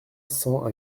cent